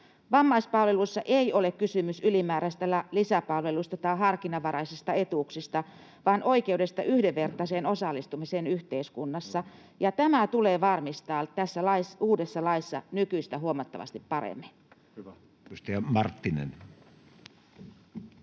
Vammaispalveluissa ei ole kysymys ylimääräisistä lisäpalveluista tai harkinnanvaraisista etuuksista, vaan oikeudesta yhdenvertaiseen osallistumiseen yhteiskunnassa, ja tämä tulee varmistaa tässä uudessa laissa nykyistä huomattavasti paremmin. [Speech 121] Speaker: